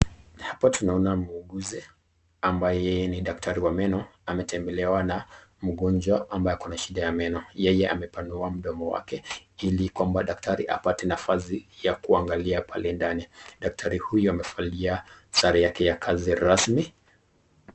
Hapa tunaona mguuzi ambaye ni daktari wa meno. Ametembelewa na mgonjwa mbaye ako na shida ya meno. Yeye amepanua mdomo wake ili kuomba daktari apate nafasi ya kuangalia pale ndani. Daktari huyu amevalia sare ya kazi yake rasmi.